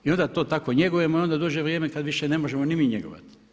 I onda to tako njegujemo i onda dođe vrijeme kad više ne možemo ni mi njegovati.